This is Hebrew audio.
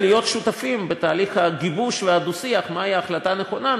להיות שותפים בתהליך הגיבוש והדו-שיח לגבי ההחלטה הנכונה,